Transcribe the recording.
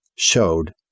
showed